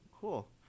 Cool